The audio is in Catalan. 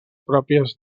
pròpies